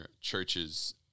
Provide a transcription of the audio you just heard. churches